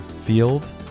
field